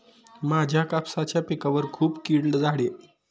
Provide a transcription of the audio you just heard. माझ्या कापसाच्या पिकावर खूप कीड झाली आहे यावर काय उपाय आहे का?